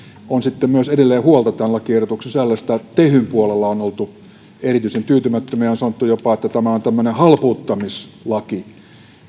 on myös edelleen huolta tämän lakiehdotuksen sisällöstä tehyn puolella on oltu erityisen tyytymättömiä ja on sanottu jopa että tämä on tämmöinen halpuuttamislaki